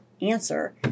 answer